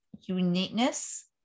uniqueness